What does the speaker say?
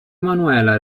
manuela